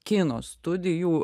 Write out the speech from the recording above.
kino studijų